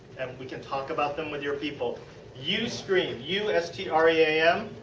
we can talk about them with your people. ustream, u s t r e a m,